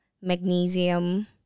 magnesium